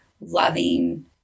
loving